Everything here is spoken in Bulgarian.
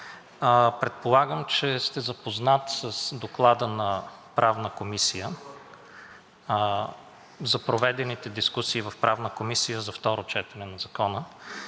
Предполагам, че сте запознат с Доклада на Правната комисия за проведените дискусии в Правната комисия за второ четене на Закона